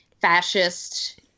fascist